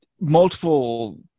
multiple